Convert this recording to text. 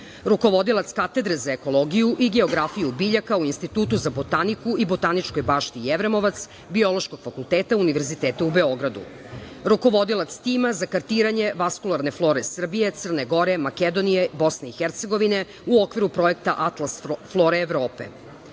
godine. Rukovodilaca Katedre za ekologiju i geografiju biljaka u Institutu za botaniku i botaničkog bašti Jevremovac, Biološkog fakulteta univerziteta u Beogradu. Rukovodilac tima za kartiranje vaskularne flore Srbije, Crne Gore, Makedonije, BiH, u okviru projekta Atlas flore Evrope.